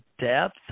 depth